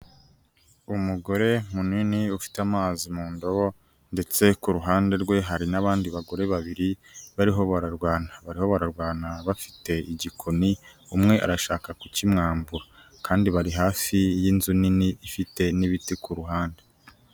Umugore munini ufite amazi mu ndobo ndetse ku ruhande rwe hari n'abandi bagore babiri bariho bararwana. Bariho bararwana bafite igikoni, umwe arashaka kukimwambura. Kandi bari hafi y'inzu nini ifite n'ibiti ku ruhande.